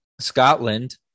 Scotland